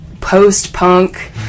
post-punk